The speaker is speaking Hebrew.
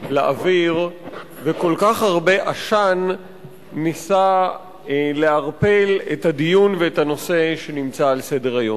לאוויר וכל כך הרבה עשן נישא לערפל כמו בדיון ובנושא שנמצא על סדר-היום.